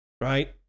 Right